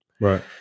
Right